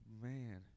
Man